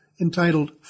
entitled